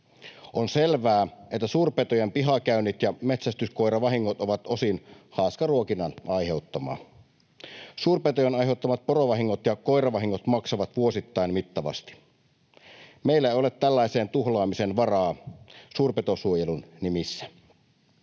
On selvää, että suurpetojen pihakäynnit ja metsästyskoiravahingot ovat osin haaskaruokinnan aiheuttamia. Suurpetojen aiheuttamat porovahingot ja koiravahingot maksavat vuosittain mittavasti. Meillä ei ole tällaiseen tuhlaamiseen varaa suurpetosuojelun nimissä.